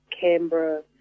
Canberra